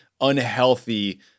unhealthy